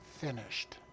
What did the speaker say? finished